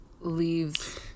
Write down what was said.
leaves